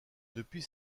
depuis